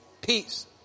Peace